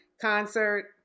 concert